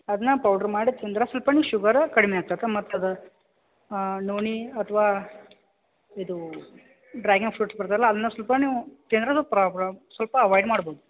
ಅದನ್ನ ಪೌಡ್ರು ಮಾಡಿ ತಿಂದರೆ ಸ್ವಲ್ಪನೂ ಶುಗರ್ ಕಡ್ಮೆ ಆಗ್ತೈತಿ ಮತ್ತು ಅದು ನೋಣಿ ಅಥ್ವ ಇದು ಡ್ರ್ಯಾಗನ್ ಫ್ರುಟ್ ಬರ್ತತಲ್ಲಾ ಅದನ್ನ ಸೊಲ್ಪ ನೀವು ತಿಂದರೆ ಅದು ಪ್ರಾಬ್ಲಮ್ ಸ್ವಲ್ಪ ಅವೈಡ್ ಮಾಡಬೇಕು